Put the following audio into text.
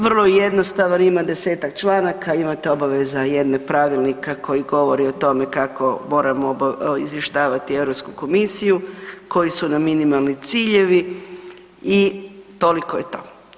Vrlo je jednostavan, ima 10-tak članaka, imate obaveze jedne pravilnika koji govori o tome kako moramo izvještavati Europsku komisiju, koji su nam minimalni ciljevi i toliko je to.